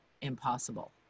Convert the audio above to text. impossible